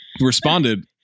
responded